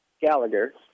Gallagher